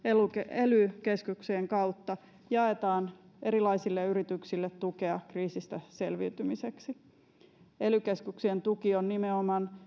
ely keskuksien kautta jaetaan erilaisille yrityksille tukea kriisistä selviytymiseksi ely keskuksien tuki on nimenomaan